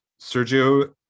Sergio